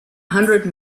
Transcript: hundred